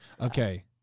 Okay